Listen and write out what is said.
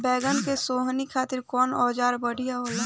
बैगन के सोहनी खातिर कौन औजार बढ़िया होला?